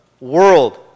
world